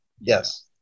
Yes